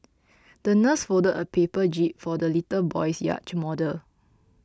the nurse folded a paper jib for the little boy's yacht model